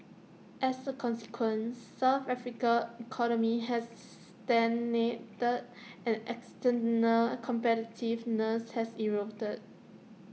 as A consequence south Africa economy has stagnated and external competitiveness has eroded